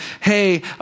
hey